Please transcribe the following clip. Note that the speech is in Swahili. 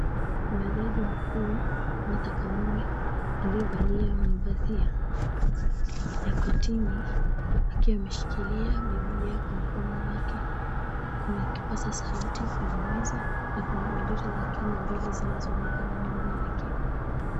Kuna jaji mkuu, Martha K𝑜ome aliyevalia mavazi ya kotini akiwa ameshikilia bibilia kwa mkono wake. Kuna kipaza sauti kwenye meza na kuna bendera la Kenya mbili zinazoonekana nyuma yake.